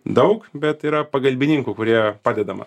daug bet yra pagalbininkų kurie padeda man